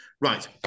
Right